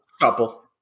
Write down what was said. couple